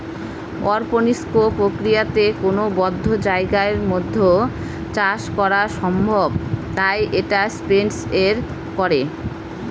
অরপনিক্স প্রক্রিয়াতে কোনো বদ্ধ জায়গার মধ্যে চাষ করা সম্ভব তাই এটা স্পেস এ করে